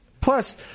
Plus